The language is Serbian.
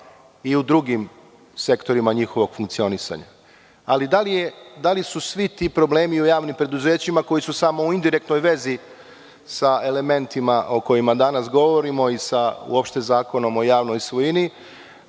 i u drugim sektorima njihovog funkcionisanja. Ali, da li su svi ti problemi u javnim preduzećima koji su samo u indirektnoj vezi sa elementima o kojima danas govorimo i uopšte sa Zakonom o javnoj svojini,